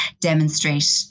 demonstrate